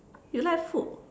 you like food